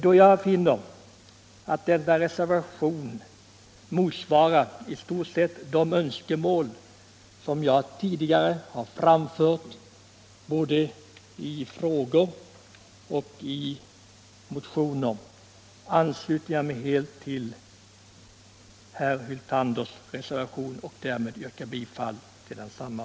Då jag finner att denna reservation i stort sett motsvarar de önskemål som jag tidigare framfört i både frågor och motioner ansluter jag mig helt till herr Hyltanders reservation och yrkar därmed bifall till densamma.